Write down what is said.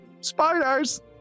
spiders